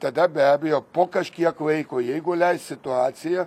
tada be abejo po kažkiek laiko jeigu leis situacija